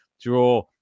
Draw